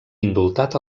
indultat